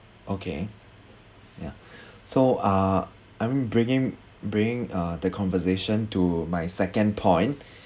okay ya so uh I'm bringing bringing uh the conversation to my second point